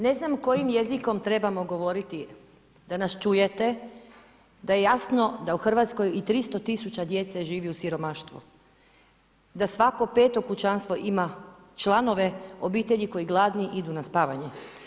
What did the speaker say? Ne znam kojim jezikom trebamo govoriti da nas čujete, da je jasno da u Hrvatskoj i 300 000 djece živi u siromaštvu, da svako peto kućanstvo ima članove obitelji koji gladni idu na spavanje.